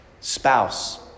spouse